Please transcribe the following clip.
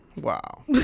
Wow